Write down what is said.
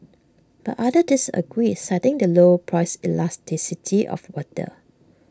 but others disagree citing the low price elasticity of water